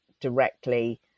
directly